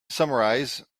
summarize